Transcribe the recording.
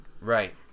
Right